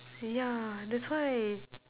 ya that's why